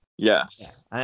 Yes